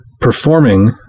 performing